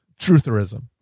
trutherism